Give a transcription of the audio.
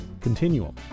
Continuum